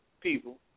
people